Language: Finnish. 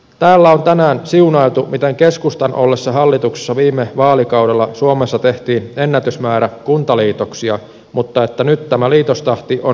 täällä on tänään siunailtu miten keskustan ollessa hallituksessa viime vaalikaudella suomessa tehtiin ennätysmäärä kuntaliitoksia mutta nyt tämä liitostahti on hidastunut